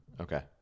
okay